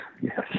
Yes